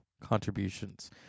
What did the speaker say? contributions